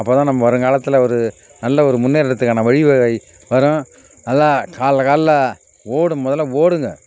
அப்போ தான் நம்ம வருங்காலத்தில் ஒரு நல்ல ஒரு முன்னேற்றத்துக்கான வழிவகை வரும் நல்லா காலைல காலைல ஓடு முதல்ல ஓடுங்கள்